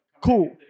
cool